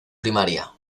primaria